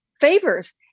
favors